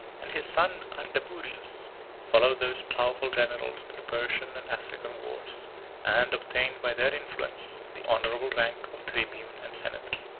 and his son ardaburius followed those powerful generals to the persian and african wars and obtained, by their influence, the honorable rank of tribune and senator.